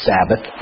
Sabbath